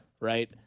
Right